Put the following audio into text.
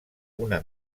una